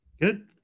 Good